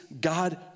God